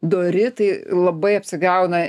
dori tai labai apsigauna